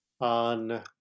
on